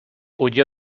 huyó